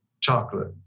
Chocolate